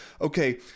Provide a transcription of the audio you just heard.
Okay